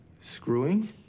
Screwing